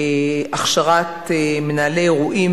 הכשרת מנהלי אירועים,